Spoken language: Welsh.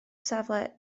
safle